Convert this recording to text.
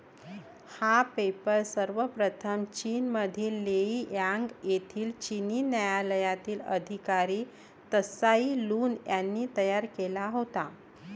हा पेपर सर्वप्रथम चीनमधील लेई यांग येथील चिनी न्यायालयातील अधिकारी त्साई लुन यांनी तयार केला होता